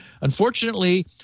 Unfortunately